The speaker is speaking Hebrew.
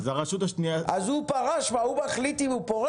אז הוא פרש, מה, הוא מחליט אם הוא פורש?